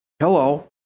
Hello